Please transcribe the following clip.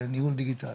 לניהול דיגיטלי,